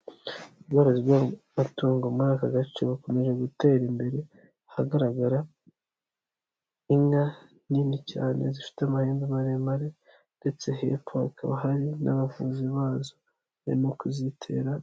ubworozi bw'amatungo muri aka gace bukomeje gutera imbere, ahagaragara inka nini cyane, zifite amahembe maremare ndetse hepfo hakaba hari n'abavuzi bazo, barimo kuzitera.